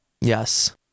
yes